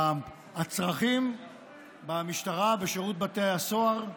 הצרכים במשטרה, בשירות בתי הסוהר,